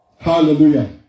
Hallelujah